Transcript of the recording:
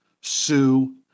sue